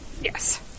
Yes